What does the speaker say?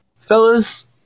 Fellas